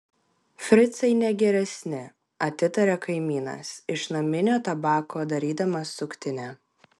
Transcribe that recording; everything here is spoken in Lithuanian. fricai ne geresni atitaria kaimynas iš naminio tabako darydamas suktinę